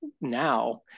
now